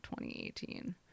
2018